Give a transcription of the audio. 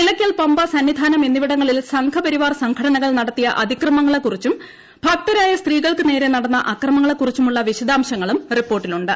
നില്യ്ക്കൽ പമ്പ സന്നിധാനം എന്നിവിടങ്ങളിൽ സംഘപരിവാർ സംഘ്ടനകൾ നടത്തിയ അതിക്രമങ്ങളെക്കുറിച്ചും ഭക്തരായ സ്ത്രീകൾക്ക് നേരെ നടന്ന അക്രമങ്ങളെക്കുറിച്ചും ഉള്ള വിശദാംശങ്ങളും റിപ്പോർട്ടിലുണ്ട്